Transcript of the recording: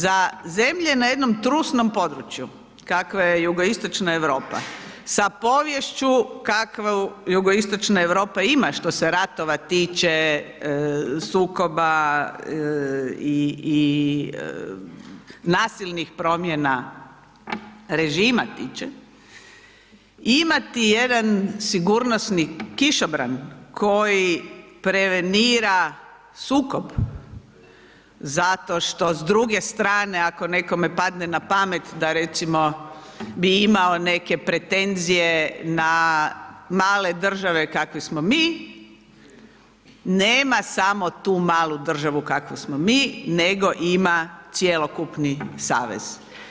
Za zemlje na jednom trusnom području, kakva je jugoistočna Europa, sa poviješću kakvu jugoistočna Europa ima, što se ratova tiče, sukoba i nasilnih promjena režima tiče, imati jedan sigurnosni kišobran koji prevenira sukoba zato što s druge strane ako nekome padne na pamet da recimo bi imao neke pretenzije na male države kakve smo mi, nema samo tu malu državu kakva smo mi, nego ima cjelokupni savez.